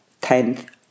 tenth